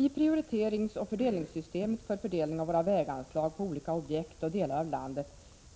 I prioriteringsoch fördelningssystemet för fördelning av våra väganslag på olika objekt och delar av landet